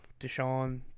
Deshaun